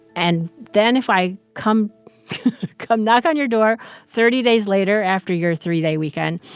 and then, if i come come knock on your door thirty days later after your three-day weekend,